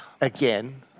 again